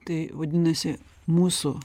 tai vadinasi mūsų